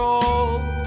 old